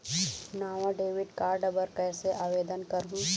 नावा debit card बर कैसे आवेदन करहूं?